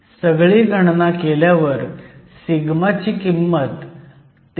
सगळी गणना केल्यावर σ ची किंमत 13